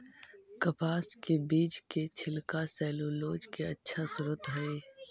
कपास के बीज के छिलका सैलूलोज के अच्छा स्रोत हइ